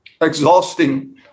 Exhausting